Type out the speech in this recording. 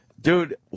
Dude